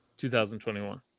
2021